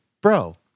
bro